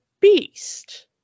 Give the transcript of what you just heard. Beast